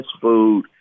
food